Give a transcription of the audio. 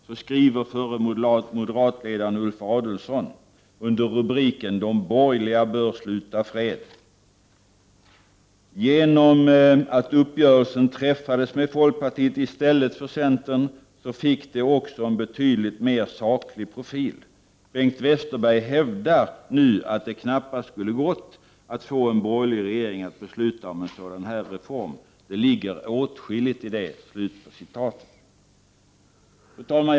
Där skriver förre moderatledaren Ulf Adelsohn under rubriken De borgerliga bör sluta fred: ”Genom att uppgörelsen träffades med folkpartiet i stället för centern fick det också en betydligt mer saklig profil. Bengt Westerberg hävdar nu att det knappast skulle gått att få en borgerlig regering att besluta om en sådan här reform. Det ligger åtskilligt i det.” Fru talman!